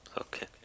Okay